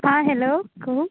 हँ हैलो कहू